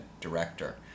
director